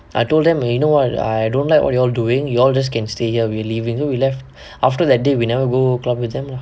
I told them you know what I don't like what you all doing y'all just can stay here we're leaving so we left after that day we never go club with them lah